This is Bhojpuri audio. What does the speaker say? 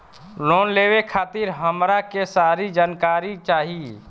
लोन लेवे खातीर हमरा के सारी जानकारी चाही?